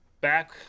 Back